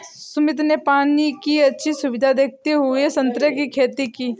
सुमित ने पानी की अच्छी सुविधा देखते हुए संतरे की खेती की